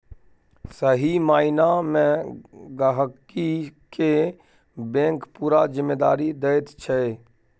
सही माइना मे गहिंकी केँ बैंक पुरा जिम्मेदारी दैत छै